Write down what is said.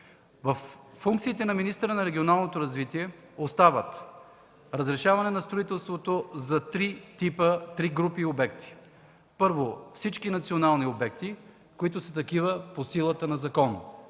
функциите на министъра на регионалното развитие остават: разрешаване на строителството за три типа, три групи обекти. Първо, всички национални обекти, които са такива по силата на закон.